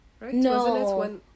No